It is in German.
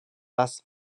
das